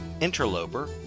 Interloper